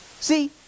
See